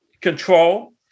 control